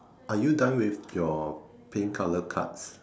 are you done with your pink colour cards